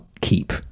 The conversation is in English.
keep